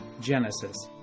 Genesis